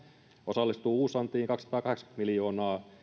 osallistuvat uusantiin kaksisataakahdeksankymmentä miljoonaa